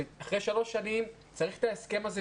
שאחרי שלוש שנים צריך את ההסכם הזה,